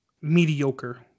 mediocre